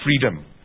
Freedom